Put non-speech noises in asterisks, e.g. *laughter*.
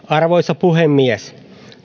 *unintelligible* arvoisa puhemies